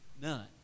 None